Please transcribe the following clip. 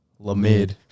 Lamid